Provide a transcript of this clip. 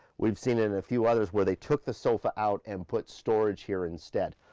we've seen it in a few others where they took the sofa out, and put storage here instead.